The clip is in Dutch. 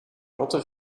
rotte